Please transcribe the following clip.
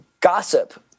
gossip